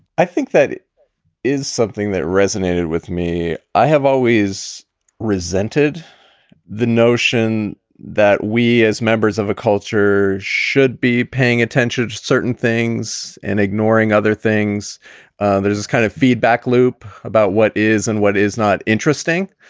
i think that it is something that resonated with me. i have always resented the notion that we as members of a culture should be paying attention to certain things and ignoring other things and there is this kind of feedback loop about what is and what is not interesting.